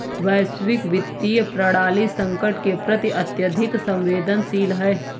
वैश्विक वित्तीय प्रणाली संकट के प्रति अत्यधिक संवेदनशील है